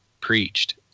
preached